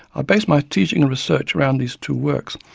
i based my teaching and research around these two works,